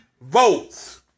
votes